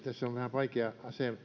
vaikea